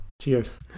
Cheers